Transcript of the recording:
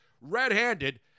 red-handed